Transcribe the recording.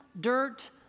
dirt